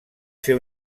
fer